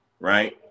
right